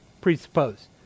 presuppose